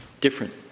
different